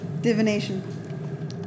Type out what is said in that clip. Divination